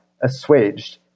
assuaged